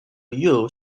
you